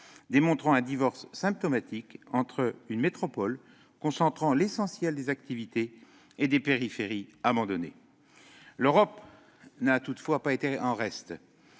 montre un divorce symptomatique entre une métropole, concentrant l'essentiel des activités, et des périphéries abandonnées. L'Europe n'a toutefois pas été en reste.